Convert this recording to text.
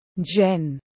Jen